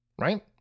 right